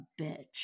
bitch